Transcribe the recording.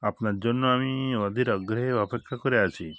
আপনার জন্য আমি অধীর আগ্রহে অপেক্ষা করে আছি